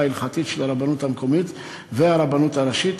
ההלכתית של הרבנות המקומית והרבנות הראשית,